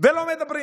ולא מדברים,